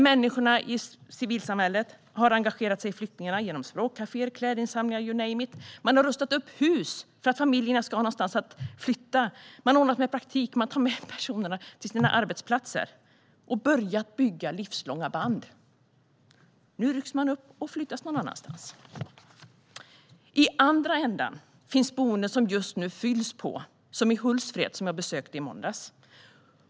Människorna i civilsamhället har engagerat sig i flyktingarna genom språkkaféer, klädinsamlingar - you name it! Man har rustat upp hus för att familjerna ska ha någonstans att flytta. Man har ordnat med praktik. Man har tagit med personerna till sina arbetsplatser och börjat bygga livslånga band. Nu rycks dessa personer upp och flyttas någon annanstans. I andra ändan finns boenden som just nu fylls på, som i Hultsfred, som jag besökte i måndags.